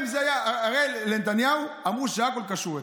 הרי לנתניהו אמרו שהכול קשור אצלו.